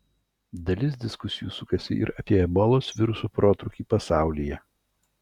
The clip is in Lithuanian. dalis diskusijų sukasi ir apie ebolos viruso protrūkį pasaulyje